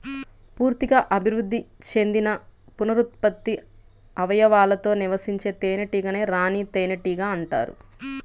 పూర్తిగా అభివృద్ధి చెందిన పునరుత్పత్తి అవయవాలతో నివసించే తేనెటీగనే రాణి తేనెటీగ అంటారు